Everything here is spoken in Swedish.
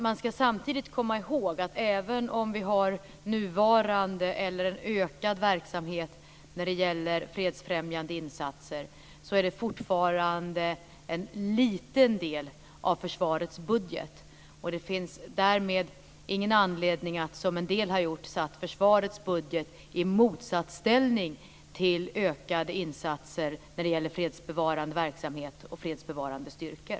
Man ska samtidigt komma ihåg att även om vi har nuvarande eller ökad verksamhet när det gäller fredsfrämjande insatser, är det fortfarande en liten del av försvarets budget. Det finns därmed ingen anledning att, som en del har gjort, sätta försvarets budget i motsatsställning till ökade insatser när det gäller fredsbevarande verksamhet och fredsbevarande styrkor.